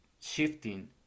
shifting